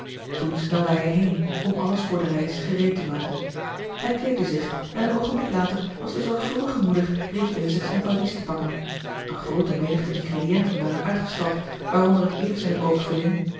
snelde hij heen om alles voor de reis gereed te maken hij kleedde zich en een oogenblik later was de zorgvuldige moeder reeds bezig zijn valies te pakken eene groote menigte ingredienten waren uitgestald waaronder het eerst in het oog vielen